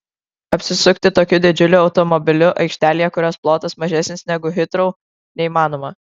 apsisukti tokiu didžiuliu automobiliu aikštelėje kurios plotas mažesnis negu hitrou neįmanoma